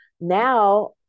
Now